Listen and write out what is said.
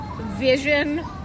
vision